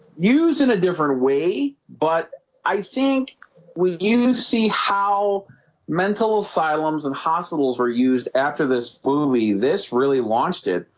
used in a different way, but i think we do see how mental asylums and hospitals were used after this movie this really launched it